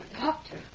Doctor